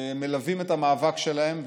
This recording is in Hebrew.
מלווים את המאבק שלהם,